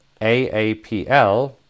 AAPL